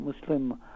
Muslim